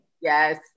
Yes